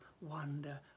wonder